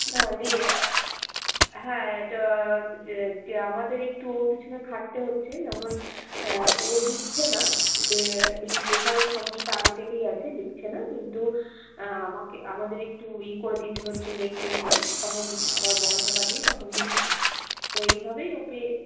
না লি হ্যাঁ এটা যে চেয়ে আমাদের একটু ওর পিছনে খাটতে হচ্ছে যেমন ও লিখছে না লে লিখ লে লেখার ওর সমস্যাটা আগে থেকেই আছে লিখছে না কিন্তু আমাকে আমাদের একটু ই করে দিতে হচ্চে লেখা লেখা বলে তখন আবার বকাঝকা দিয়ে তখন লিখছে তো এইভাবেই ওকে